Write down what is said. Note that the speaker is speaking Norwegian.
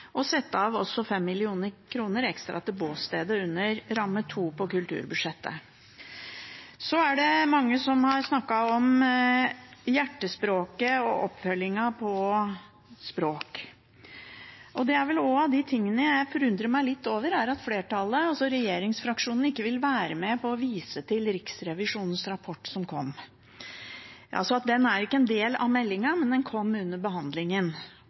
i sitt forslag, med 20,5 mill. kr, i tillegg til å sette av også 5 mill. kr ekstra til Bååstede under ramme 2 på kulturbudsjettet. Det er mange som har snakket om Hjertespråket og oppfølgingen på språk. Det er vel også av de tingene jeg forundrer meg litt over, at flertallet, altså regjeringsfraksjonen, ikke vil være med på å vise til Riksrevisjonens rapport som kom. Den er ikke en del av meldingen, men den kom under behandlingen.